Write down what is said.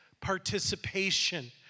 participation